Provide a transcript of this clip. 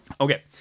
Okay